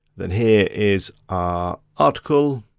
then here is our article.